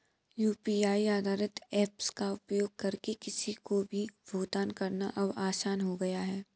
UPI आधारित apps का उपयोग करके किसी को भी भुगतान करना अब आसान हो गया है